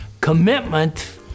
commitment